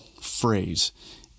phrase